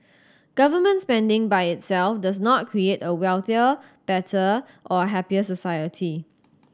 government spending by itself does not create a wealthier better or a happier society